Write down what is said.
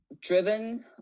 driven